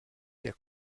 der